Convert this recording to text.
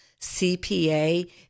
CPA